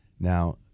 Now